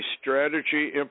Strategy